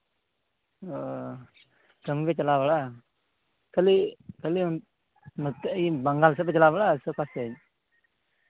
ᱚ ᱠᱟᱹᱢᱤ ᱯᱮ ᱪᱟᱞᱟᱣ ᱵᱟᱲᱟᱜᱼᱟ ᱵᱟᱝ ᱠᱷᱟᱹᱞᱤ ᱠᱷᱟᱹᱞᱤ ᱱᱚᱛᱮ ᱤᱭᱟᱹ ᱵᱟᱝᱜᱟᱞ ᱥᱮᱫ ᱯᱮ ᱪᱟᱞᱟᱣ ᱵᱟᱲᱟᱜᱼᱟ ᱥᱮ ᱚᱠᱟ ᱥᱮᱡᱽ